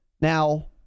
Now